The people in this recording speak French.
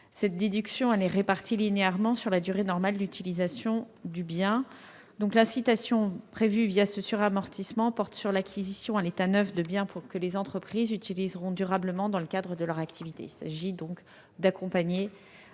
Cette déduction est répartie linéairement sur la durée normale d'utilisation du bien. L'incitation prévue ce suramortissement porte sur l'acquisition à l'état neuf de biens que les entreprises utiliseront durablement dans le cadre de leur activité. Il s'agit donc d'accompagner